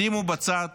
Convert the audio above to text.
שימו בצד